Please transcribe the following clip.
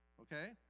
Okay